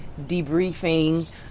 debriefing